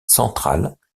centrales